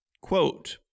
Quote